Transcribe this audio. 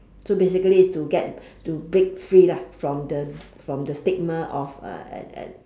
so basically is to get to break free lah from the from the stigma of a a a